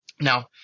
Now